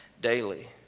daily